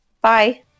Bye